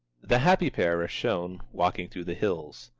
the happy pair are shown, walking through the hills.